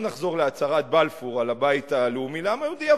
לא נחזור להצהרת בלפור על הבית הלאומי לעם היהודי,